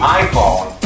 iPhone